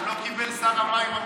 הוא לא קיבל שר המים אפילו.